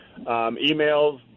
emails